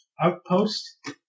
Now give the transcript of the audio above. Outpost